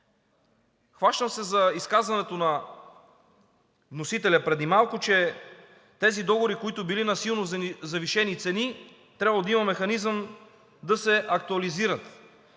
Хващам се за изказването на вносителя преди малко, че тези договори, които били на силно завишени цени, трябвало да има механизъм да се актуализират.